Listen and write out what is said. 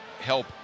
help